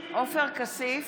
עופר כסיף,